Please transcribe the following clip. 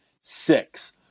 six